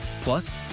plus